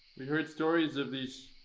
we heard stories of these